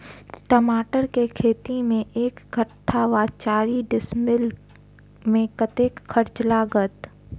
टमाटर केँ खेती मे एक कट्ठा वा चारि डीसमील मे कतेक खर्च लागत?